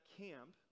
camp